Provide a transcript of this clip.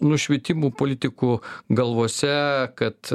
nušvitimų politikų galvose kad